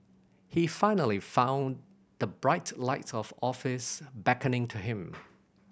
he finally found the bright light of office beckoning to him